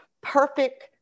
perfect